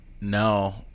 No